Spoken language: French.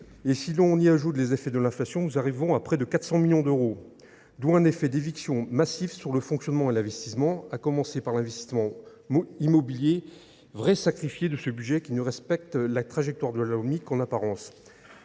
En y ajoutant les effets de l’inflation, nous arrivons à un coût de près de 400 millions d’euros ! D’où un effet d’éviction massif pour les dépenses de fonctionnement et d’investissement, à commencer par l’investissement immobilier, vrai sacrifié de ce budget, qui ne respecte la trajectoire de la Lopmi qu’en apparence.